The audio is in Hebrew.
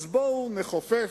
בואו נכופף,